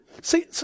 See